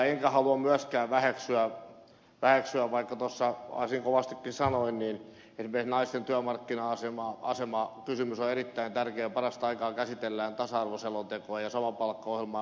enkä halua myöskään väheksyä vaikka tuossa äsken kovastikin sanoin esimerkiksi naisten työmarkkina asemakysymys on erittäin tärkeä ja parasta aikaa käsitellään tasa arvoselontekoa ja sama palkka ohjelmaa ja montaa muuta